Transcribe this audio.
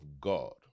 God